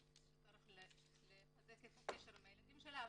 שצריכה לחזק את הקשר עם הילדים שלה.